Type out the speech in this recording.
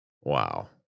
Wow